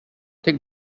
take